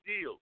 deal